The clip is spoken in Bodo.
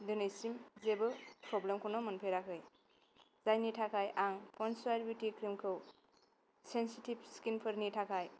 दिनैसिम जेबो फ्रब्लेमखौनो मोनफेराखै जायनि थाखाय आं पनस हवाट बिउटि क्रिमखौ सेनसिथिब स्किनफोरनि थाखाय